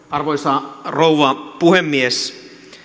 arvoisa rouva puhemies